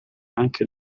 anche